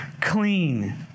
clean